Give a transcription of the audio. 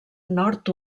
nord